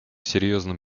серьезным